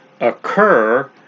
occur